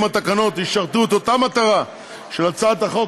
אם התקנות ישרתו את אותה מטרה של הצעת החוק,